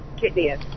kidneys